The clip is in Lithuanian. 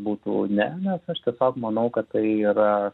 būtų ne nes aš tiesiog manau kad tai yra